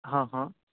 હા હા